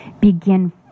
begin